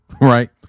right